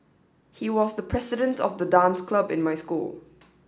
he was the president of the dance club in my school